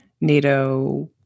NATO